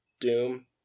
Doom